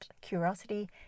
curiosity